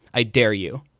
i dare you.